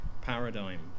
paradigm